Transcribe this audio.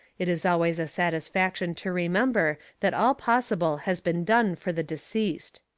it is always a satisfaction to remember that all possible has been done for the deceased.